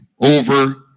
over